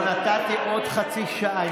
אבל נתתי עוד חצי שעה,